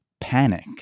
panic